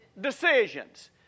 decisions